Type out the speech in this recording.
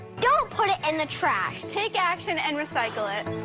don't put it in the trash. take action and recycle it.